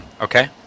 Okay